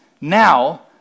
Now